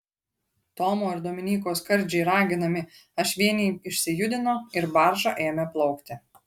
tomo ir dominyko skardžiai raginami ašvieniai išsijudino ir barža ėmė plaukti